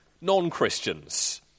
non-Christians